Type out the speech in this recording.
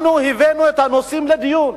הבאנו את הנושאים לדיון,